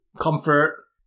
comfort